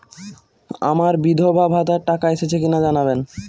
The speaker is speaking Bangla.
আমার বিধবাভাতার টাকা এসেছে কিনা জানাবেন?